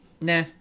nah